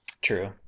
True